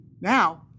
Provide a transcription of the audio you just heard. now